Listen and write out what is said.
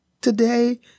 Today